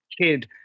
kid